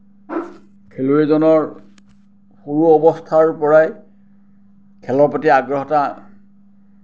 খেলুৱৈজনৰ সৰু অৱস্থাৰ পৰাই খেলৰ প্ৰতি আগ্ৰহ এটা